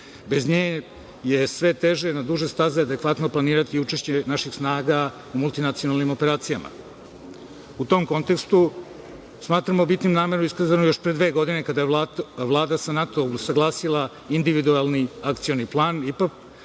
bez nje je sve teže na duže staze adekvatno planirati učešće naših snaga u multinacionalnim operacijama.U tom kontekstu smatramo bitnim nameru iskazano još pre dve godine kada je Vlada sa NATO usaglasila individualni i akcioni plan da